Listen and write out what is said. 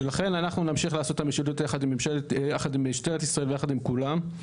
לכן אנחנו נמשיך לעשות את המשילות יחד עם משטרת ישראל ויחד עם כולם.